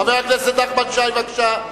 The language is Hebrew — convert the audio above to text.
חבר הכנסת נחמן שי, בבקשה.